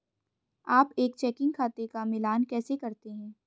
आप एक चेकिंग खाते का मिलान कैसे करते हैं?